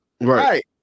right